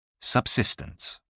Subsistence